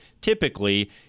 typically